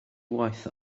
waith